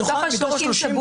מתוך 30,